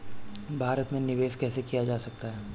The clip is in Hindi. भारत में निवेश कैसे किया जा सकता है?